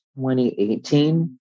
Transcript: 2018